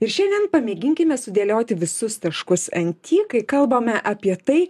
ir šiandien pamėginkime sudėlioti visus taškus enti kai kalbame apie tai